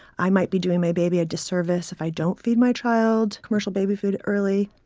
i might be doing my baby a disservice if i don't feed my child commercial baby food early.